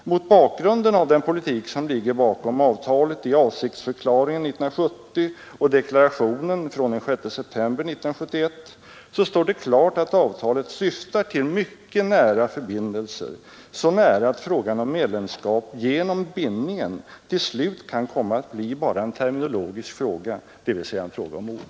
—— Mot bakgrunden av den politik som ligger bakom avtalet i avsiktsför Avtal med EEC, klaringen 1970 och deklarationen från den 6 september 1971 står det, 1. MN. klart, att avtalet syftar till mycket nära förbindelser, så nära att frågan om medlemskap genom bindningen till slut kan komma att bli bara en terminologisk fråga, dvs. en fråga om ord.